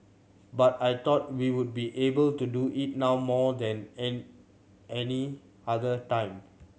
but I thought we would be able to do it now more than an any other time